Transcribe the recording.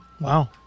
Wow